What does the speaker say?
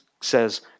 says